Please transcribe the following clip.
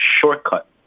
shortcut